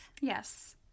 Yes